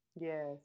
Yes